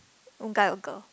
guy or girl